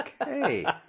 Okay